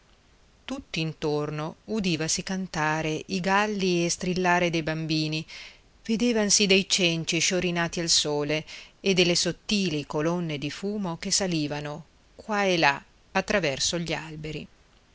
colèra tutt'intorno udivasi cantare i galli e strillare dei bambini vedevansi dei cenci sciorinati al sole e delle sottili colonne di fumo che salivano qua e là attraverso gli alberi